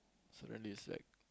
so then is like